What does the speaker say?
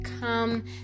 come